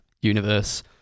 universe